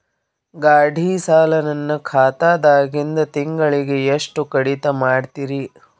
ಗಾಢಿ ಸಾಲ ನನ್ನ ಖಾತಾದಾಗಿಂದ ತಿಂಗಳಿಗೆ ಎಷ್ಟು ಕಡಿತ ಮಾಡ್ತಿರಿ?